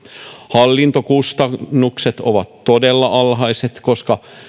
hallintokustannukset ovat todella alhaiset koska